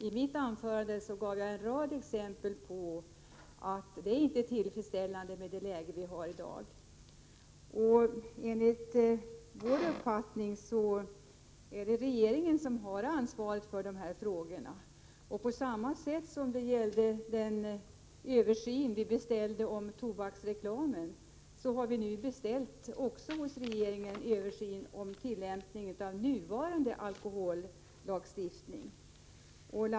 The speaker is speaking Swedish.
I mitt anförande gav jag en rad exempel på att det läge vi har i dag inte är tillfredsställande. Enligt vår uppfattning är det regeringen som har ansvaret för dessa frågor. På samma sätt som vi beställde en översyn av tobaksreklamen har vi hos regeringen beställt översyn av tillämpningen av nuvarande alkohollagstiftning.